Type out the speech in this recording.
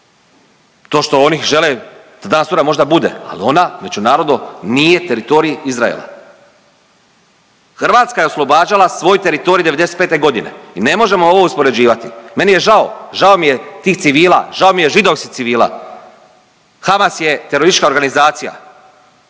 To što oni žele da danas-sutra možda bude, ali ona međunarodno nije teritorij Izraela. Hrvatska je oslobađala svoj teritorij '95. g. i ne možemo ovo uspoređivati. Meni je žao, žao mi je tih civila, žao mi je židovskih civila. Hamas je teroristička organizacija